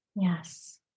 Yes